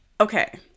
okay